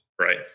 Right